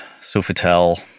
Sofitel